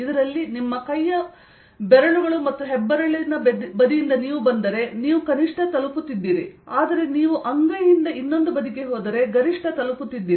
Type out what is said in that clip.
ಇದರಲ್ಲಿ ನಿಮ್ಮ ಬೆರಳುಗಳು ಮತ್ತು ಹೆಬ್ಬೆರಳಿನ ಬದಿಯಿಂದ ನೀವು ಬಂದರೆ ನೀವು ಕನಿಷ್ಟ ತಲುಪುತಿದ್ದೀರಿ ಆದರೆ ನೀವು ಅಂಗೈಯಿಂದ ಇನ್ನೊಂದು ಬದಿಗೆ ಹೋದರೆ ನೀವು ಗರಿಷ್ಠ ತಲುಪುತಿದ್ದೀರಿ